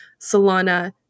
Solana